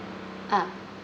ah